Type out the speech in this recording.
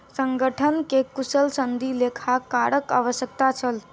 संगठन के कुशल सनदी लेखाकारक आवश्यकता छल